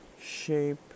shape